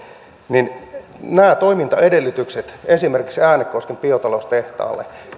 ja nämä toimintaedellytykset esimerkiksi äänekosken biotaloustehtaalle